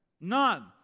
None